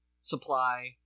supply